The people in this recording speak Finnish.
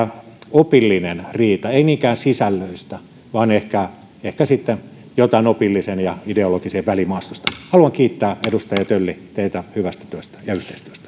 opillinen riita ei niinkään sisällöistä vaan ehkä ehkä sitten jotain opillisen ja ideologisen välimaastosta haluan kiitää edustaja tölli teitä hyvästä työstä ja